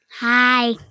Hi